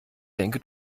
denke